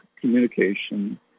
communication